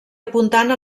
apuntant